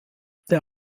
der